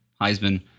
Heisman